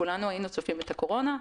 כולנו היינו צופים את הקורונה.